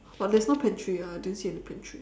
but there's no pantry lah I didn't see any pantry